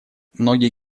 многие